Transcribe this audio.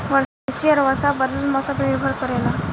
कृषि वर्षा और बदलत मौसम पर निर्भर करेला